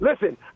Listen